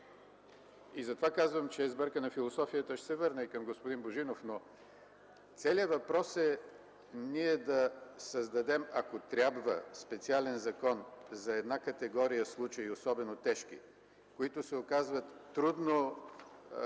И затова казвам, че е сбъркана философията. Ще се обърна и към господин Божинов, но целият въпрос е ние да създадем, ако трябва, специален закон за една категория случаи – особено тежки, които се оказват трудно